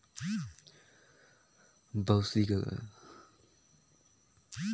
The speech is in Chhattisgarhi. बउसली ल किसान मन अपन किसानी काम मे उपियोग करथे